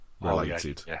related